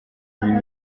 ibi